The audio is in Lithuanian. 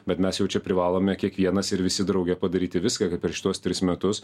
bet mes jau čia privalome kiekvienas ir visi drauge padaryti viską kad per šituos tris metus